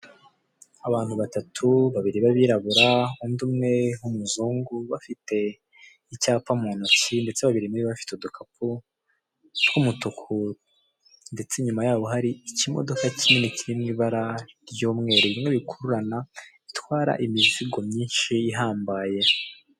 Abantu batatu, babiri b'abirabura, undi umwe w'umuzungu, bafite icyapa mu ntoki ndetse babiri muri bafite udukapu tw'umutuku ndetse inyuma yaho hari ikimodoka kinini kiri mu ibara ry'umweru, bimwe bikururana bitwara imizigo myinshi ihambaye.